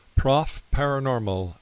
profparanormal